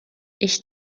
ich